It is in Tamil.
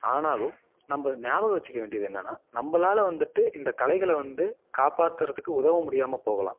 ஆனாலும் நம்ம ஞாபக வச்சுக்க வேண்டியது என்னன்னால் நம்மளால வந்துட்டு இந்த கலைகளை வந்து காப்பாற்றுறதுக்கு உதவ முடியாமல் போகலாம்